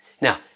Now